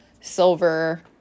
silver